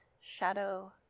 shadow